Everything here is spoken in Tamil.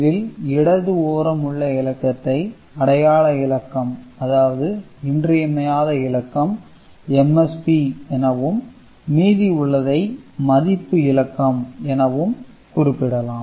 இதில் இடது ஓரம் உள்ள இலக்கத்தை அடையாள இலக்கம் அதாவது இன்றியமையாத இலக்கம் MSB எனவும் மீதி உள்ளதை மதிப்பு இலக்கம் எனவும் குறிப்பிடலாம்